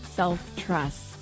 self-trust